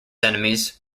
enemies